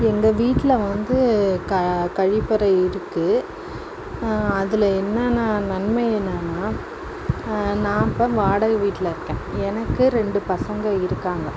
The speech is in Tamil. எங்கள் வீட்டில் வந்து க கழிப்பறை இருக்கு அதில் என்னன்னா நன்மை என்னான்னா நான் இப்போ வாடகை வீட்டில் இருக்கேன் எனக்கு ரெண்டு பசங்க இருக்காங்க